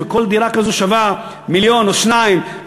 וכל דירה כזו שווה מיליון או שניים,